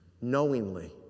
knowingly